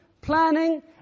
planning